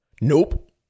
Nope